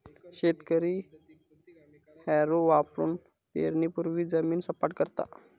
शेतकरी हॅरो वापरुन पेरणीपूर्वी जमीन सपाट करता